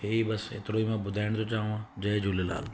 इहे ई बसि एतिरो ई मां ॿुधाइण थो चाहियां जय झूलेलाल